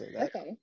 Okay